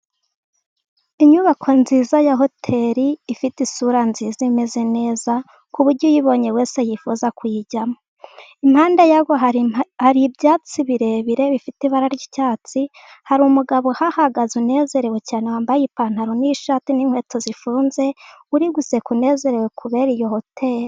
Inyubako nziza ya hoteli, ifite isura nziza imeze neza ku buryo uyibonye wese yifuza kuyijyamo, impande yayo hari ibyatsi birebire bifite ibara ry'icyatsi, hari umugabo uhahagaze unezerewe cyane, wambaye ipantaro n'ishati, n'inkweto zifunze, uriguseka unezerewe kubera iyo hoteli.